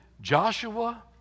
Joshua